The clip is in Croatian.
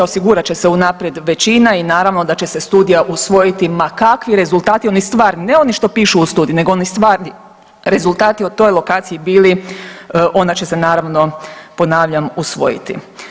Osigurat će se unaprijed većina i naravno da će se studija usvojiti ma kakvi rezultati oni stvarni, ne oni što pišu u studiji, nego oni stvarni rezultati o toj lokaciji bili ona će se naravno ponavljam usvojiti.